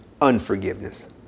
unforgiveness